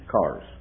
cars